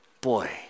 boy